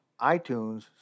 iTunes